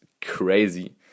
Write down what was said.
crazy